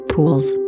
Pools